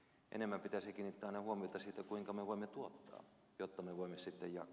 enemmän pitäisi kiinnittää aina huomiota siihen kuinka me voimme tuottaa jotta me voimme sitten jakaa